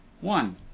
one